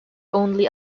only